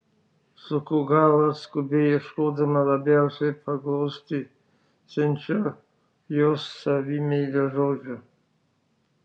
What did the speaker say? suku galvą skubiai ieškodama labiausiai paglostysiančio jos savimeilę žodžio